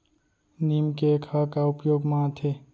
नीम cake ह का उपयोग मा आथे?